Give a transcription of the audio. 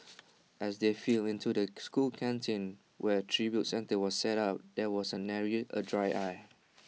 as they filed into the school canteen where A tribute centre was set up there was A nary A dry eye